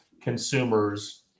consumers